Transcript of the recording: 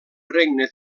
regne